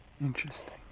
Interesting